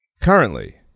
currently